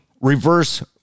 reverse